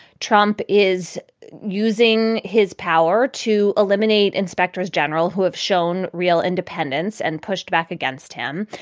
trump is using his power to eliminate inspectors general who have shown real independence and pushed back against him.